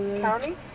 County